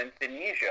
Indonesia